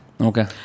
Okay